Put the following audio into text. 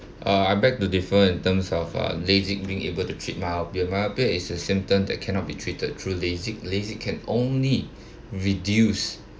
uh I beg to differ in terms of uh lasik being able to treat myopia myopia is a symptom that cannot be treated through lasik lasik can only reduce